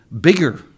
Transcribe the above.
bigger